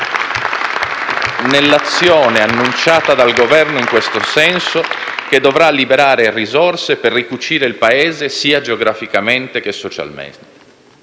nell'azione annunciata dal Governo in questo senso che dovrà liberare risorse per ricucire il Paese sia geograficamente che socialmente.